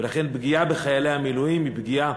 ולכן פגיעה בחיילי המילואים היא פגיעה